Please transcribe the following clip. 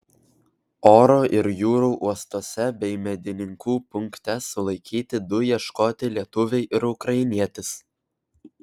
oro ir jūrų uostuose bei medininkų punkte sulaikyti du ieškoti lietuviai ir ukrainietis